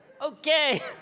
okay